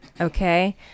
okay